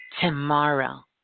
tomorrow